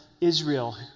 Israel